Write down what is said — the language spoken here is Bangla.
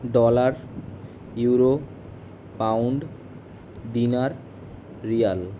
dollar euro pound dinar Real